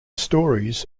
stories